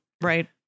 right